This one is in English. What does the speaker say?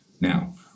Now